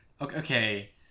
okay